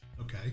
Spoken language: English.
Okay